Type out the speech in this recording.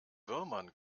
würmern